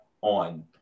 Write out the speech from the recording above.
on